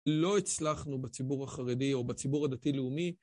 לא הצלחנו בציבור החרדי או בציבור הדתי-לאומי.